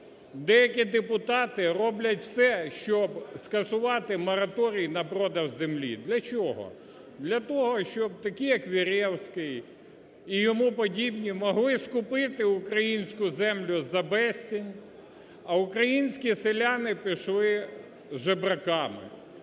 деякі депутати роблять все, щоб скасувати мораторій на продаж землі. Для чого? Для того, щоб такі як Веревський і йому подібні могли скупити українську землю за безцінь, а українські селяни пішли жебраками.